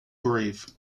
brave